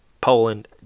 Poland